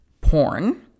porn